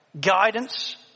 guidance